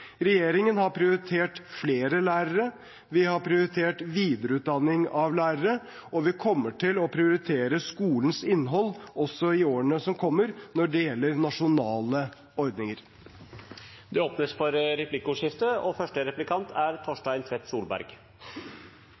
Regjeringen har prioritert flere lærere, vi har prioritert videreutdanning av lærere, og vi kommer til å prioritere skolens innhold også i årene som kommer, når det gjelder nasjonale ordninger. Det blir replikkordskifte. På statsrådens innlegg virker det som om det er